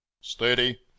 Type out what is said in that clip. steady